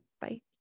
Bye